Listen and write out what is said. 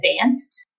advanced